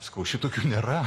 sakau šitokių nėra